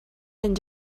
and